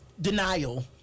Denial